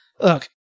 look